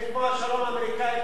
איפה השלום האמריקני בווייטנאם?